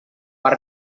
per